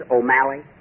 O'Malley